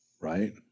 Right